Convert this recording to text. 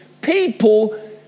People